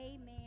Amen